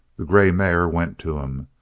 the grey mare went to him,